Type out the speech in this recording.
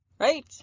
Right